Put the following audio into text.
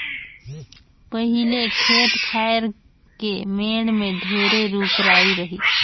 पहिले खेत खायर के मेड़ में ढेरे रूख राई रहिस